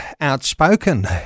outspoken